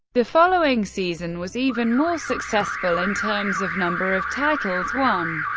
the following season was even more successful in terms of number of titles won.